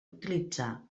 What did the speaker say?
utilitzar